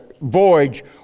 voyage